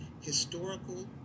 historical